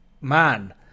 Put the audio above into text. man